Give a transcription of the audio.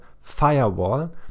firewall